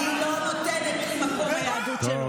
היא לא נותנת לי, היא לא נותנת מקום ליהדות שלי.